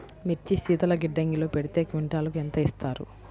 మిర్చి శీతల గిడ్డంగిలో పెడితే క్వింటాలుకు ఎంత ఇస్తారు?